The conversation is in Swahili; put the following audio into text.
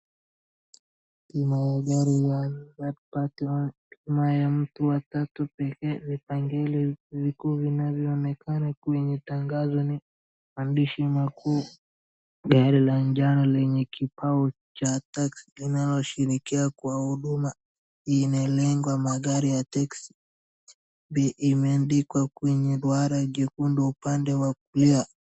Bima ya gari ya third party only , bima mtu wa tatu pekee vipengele vikuu vinavyoonekana kwenye tangazo ni andishi makuu, gari la njano lenye kibao cha taxi, linaloshirikia kwa huduma, ina lengwa ya magari ya taxi, bei imeandikwa kwenye duara jekundu upande wa kulia.